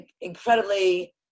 incredibly